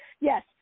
yes